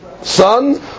son